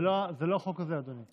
זה לא החוק הזה, אדוני.